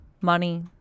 money